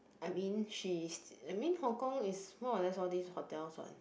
I mean she's I mean Hong-Kong is more or less all these hotels [what]